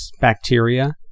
bacteria